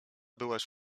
byłaś